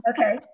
Okay